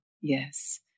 Yes